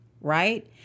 Right